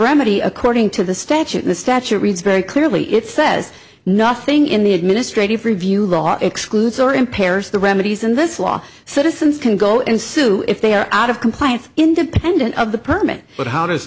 remedy according to the statute the statute reads very clearly it says nothing in the administrative review law excludes or impairs the remedies and this law citizens can go and sue if they are out of compliance independent of the permit but how does